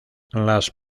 las